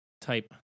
type